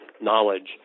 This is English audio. knowledge